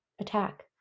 attack